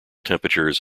temperatures